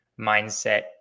mindset